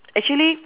actually